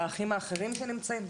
לאחים האחרים שנמצאים.